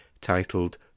titled